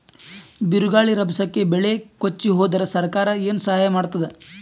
ಬಿರುಗಾಳಿ ರಭಸಕ್ಕೆ ಬೆಳೆ ಕೊಚ್ಚಿಹೋದರ ಸರಕಾರ ಏನು ಸಹಾಯ ಮಾಡತ್ತದ?